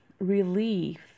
relief